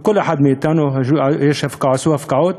לכל אחד מאתנו עשו הפקעות.